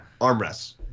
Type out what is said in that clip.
armrests